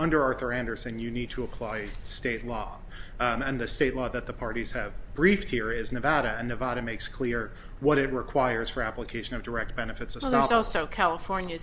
under arthur anderson you need to apply state law and the state law that the parties have briefed here is nevada and nevada makes clear what it requires for application of direct benefits and also california